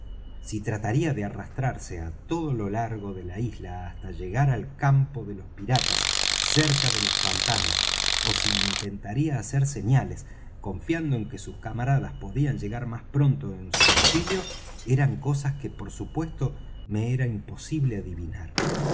si trataría de arrastrarse á todo lo largo de la isla hasta llegar al campo de los piratas cerca de los pantanos ó si intentaría hacer señales confiando en que sus camaradas podían llegar más pronto en su auxilio eran cosas que por supuesto me era imposible adivinar